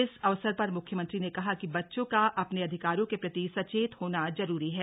इस अवसर पर मुख्यमंत्री ने कहा कि बच्चों का अपने अधिकारों के प्रति सचेत होना जरूरी है